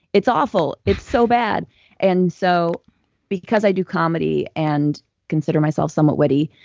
it's awful. it's so bad and so because i do comedy and consider myself somewhat witty,